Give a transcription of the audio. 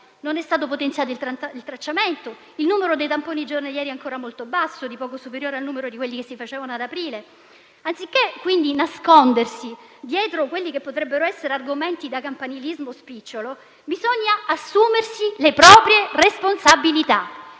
non è stato potenziato il tracciamento; il numero dei tamponi giornalieri è ancora molto basso, di poco superiore al numero di quelli che si effettuavano ad aprile. Pertanto, anziché nascondersi dietro quelli che potrebbero essere argomenti da campanilismo spicciolo, bisogna assumersi le proprie responsabilità,